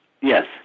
Yes